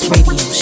Radio